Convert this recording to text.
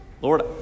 Lord